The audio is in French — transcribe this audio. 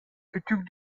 futurs